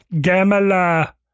Gamala